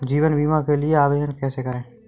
जीवन बीमा के लिए आवेदन कैसे करें?